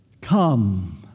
Come